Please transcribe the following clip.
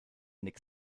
nix